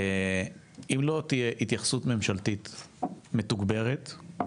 אם לא תהיה התייחסות ממשלתית מתוגברת,